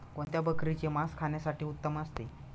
कोणत्या बकरीचे मास खाण्यासाठी उत्तम असते?